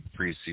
preseason